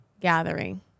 Gathering